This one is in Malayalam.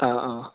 ആ ആ